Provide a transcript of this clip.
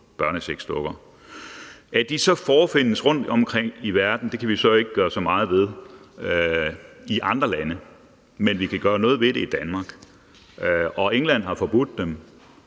børnesexdukker. At de så forefindes rundtomkring i verden, kan vi så ikke gøre så meget ved, men vi kan gøre noget ved det i Danmark. England har forbudt dem,